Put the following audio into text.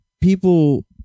people